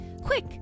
Quick